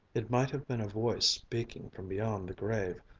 it might have been a voice speaking from beyond the grave,